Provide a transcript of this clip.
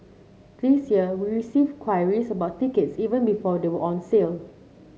this year we received queries about tickets even before they were on sale